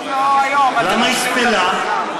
למה אצטלה?